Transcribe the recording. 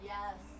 Yes